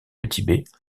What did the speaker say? est